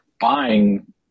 buying